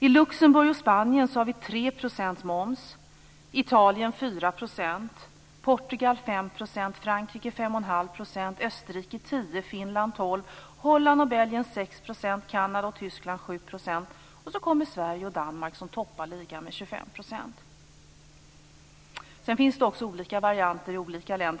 I Luxemburg och Spanien har man 3 % moms, i Italien Kanada och Tyskland 7 %. Sverige och Danmark toppar ligan med 25 %. Sedan finns det olika varianter i olika länder.